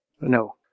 No